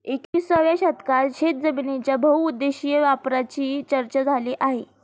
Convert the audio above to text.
एकविसाव्या शतकात शेतजमिनीच्या बहुउद्देशीय वापराची चर्चा झाली आहे